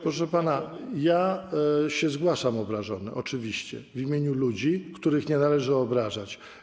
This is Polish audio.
Proszę pana, zgłaszam się obrażony, oczywiście, w imieniu ludzi, których nie należy obrażać.